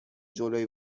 جلوی